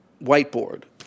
whiteboard